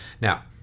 Now